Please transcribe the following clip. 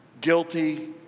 Guilty